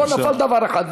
לא נפל דבר אחד.